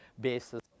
basis